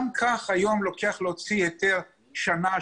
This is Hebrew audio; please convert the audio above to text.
גם כך לוקח היום להוציא היתר שנה,